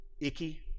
icky